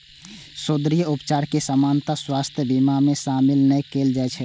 सौंद्रर्य उपचार कें सामान्यतः स्वास्थ्य बीमा मे शामिल नै कैल जाइ छै